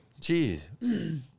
Jeez